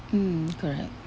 mm correct